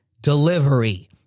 delivery